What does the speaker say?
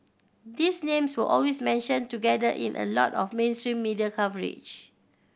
these names were always mentioned together in a lot of mainstream media coverage